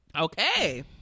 Okay